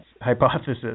hypothesis